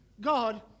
God